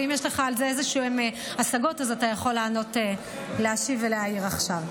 ואם יש לך על זה איזשהן השגות אז אתה יכול להשיב ולהעיר עכשיו.